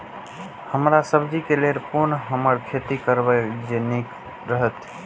हरा सब्जी के लेल कोना हम खेती करब जे नीक रहैत?